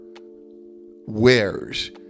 wears